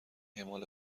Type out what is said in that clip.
اعمال